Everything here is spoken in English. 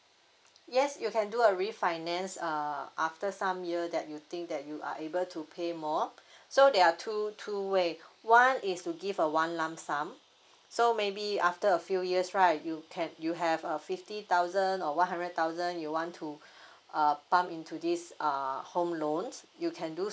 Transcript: yes you can do a refinance err after some year that you think that you are able to pay more so there are two two way one is to give a one lump sum so maybe after a few years right you can you have a fifty thousand or one hundred thousand you want to uh pump into this err home loan you can do